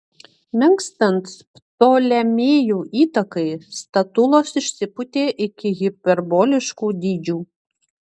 menkstant ptolemėjų įtakai statulos išsipūtė iki hiperboliškų dydžių